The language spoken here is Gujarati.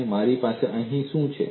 અને મારી પાસે અહીં શું છે